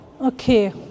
Okay